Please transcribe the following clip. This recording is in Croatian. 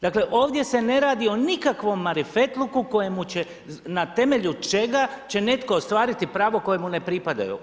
Dakle ovdje se ne radi o nikakvom marifetluku kojemu će na temelju čega će netko ostvariti pravo koje mu ne pripada.